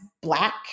black